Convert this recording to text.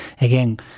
Again